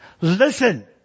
Listen